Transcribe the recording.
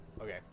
Okay